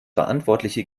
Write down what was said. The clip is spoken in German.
verantwortliche